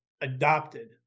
adopted